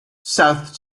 south